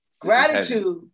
Gratitude